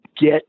get